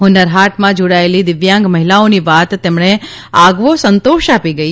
હ્ન્નર હાટમાં જોડાયેલી દિવ્યાંગ મહિલાઓની વાત તેમણે આગવો સંતોષ આપી ગઇ